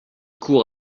court